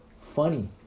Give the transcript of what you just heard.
funny